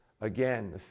Again